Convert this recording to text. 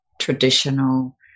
traditional